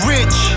Rich